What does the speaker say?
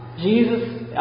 Jesus